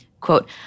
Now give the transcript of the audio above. quote